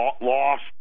lost